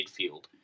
midfield